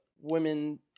women